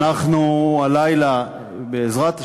אנחנו הלילה, בעזרת השם,